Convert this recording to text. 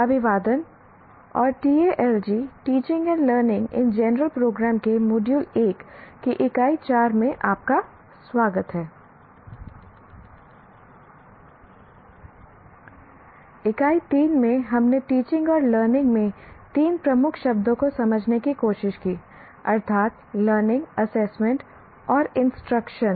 अभिवादन और TALG teaching and learning in general program के मॉड्यूल 1 की इकाई 4 में आपका स्वागत हैI इकाई 3 में हमने टीचिंग और लर्निंग में 3 प्रमुख शब्दों को समझने की कोशिश की अर्थात् लर्निंग असेसमेंट और इंस्ट्रक्शन